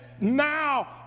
now